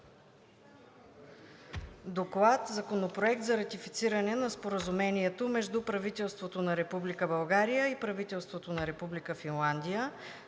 относно Законопроект за ратифициране на Споразумението между правителството на Република България и правителството на Република Финландия